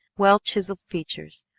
well-chiselled features,